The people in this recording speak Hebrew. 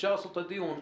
אפשר לעשות את הדיון.